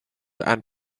and